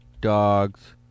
dogs